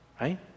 Right